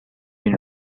been